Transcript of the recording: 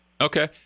Okay